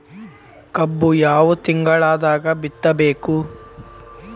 ಕಬ್ಬು ಯಾವ ತಿಂಗಳದಾಗ ಬಿತ್ತಬೇಕು?